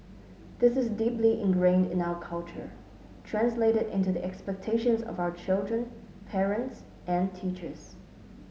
this is deeply ingrained in our culture translated into the expectations of our children parents and teachers